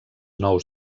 nous